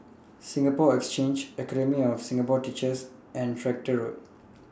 Singapore Exchange Academy of Singapore Teachers and Tractor Road